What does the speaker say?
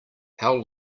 how